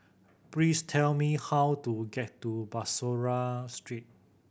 please tell me how to get to Bussorah Street